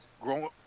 growing